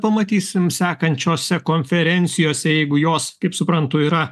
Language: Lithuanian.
pamatysim sekančiose konferencijose jeigu jos kaip suprantu yra